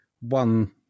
one